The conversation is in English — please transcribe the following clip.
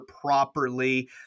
properly